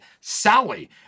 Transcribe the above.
Sally